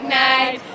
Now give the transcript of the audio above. night